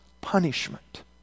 punishment